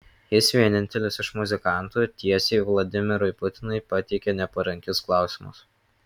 jis vienintelis iš muzikantų tiesiai vladimirui putinui pateikia neparankius klausimus